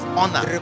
honor